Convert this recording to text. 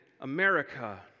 America